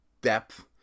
depth